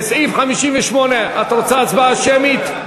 לסעיף 58 את רוצה הצבעה שמית?